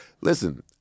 listen